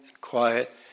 quiet